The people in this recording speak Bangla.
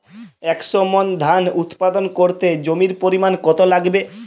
একশো মন ধান উৎপাদন করতে জমির পরিমাণ কত লাগবে?